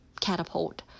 catapult